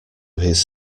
his